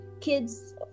kids